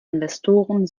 investoren